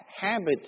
habit